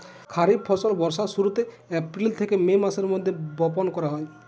খরিফ ফসল বর্ষার শুরুতে, এপ্রিল থেকে মে মাসের মধ্যে বপন করা হয়